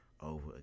over